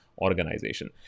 Organization